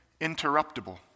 interruptible